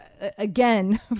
again